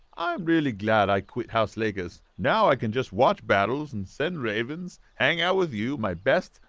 i'm really glad i quit house lakers now i can just watch battles and send ravens, hang out with you, my best,